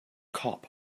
cop